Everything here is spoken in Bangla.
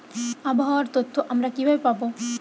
আবহাওয়ার তথ্য আমরা কিভাবে পাব?